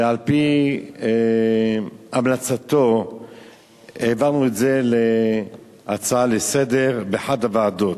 ועל-פי המלצתו העברנו את זה כהצעה לסדר-היום לאחת הוועדות.